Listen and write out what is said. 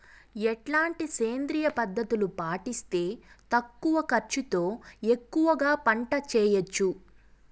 ఎట్లాంటి సేంద్రియ పద్ధతులు పాటిస్తే తక్కువ ఖర్చు తో ఎక్కువగా పంట చేయొచ్చు?